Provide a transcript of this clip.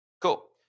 Cool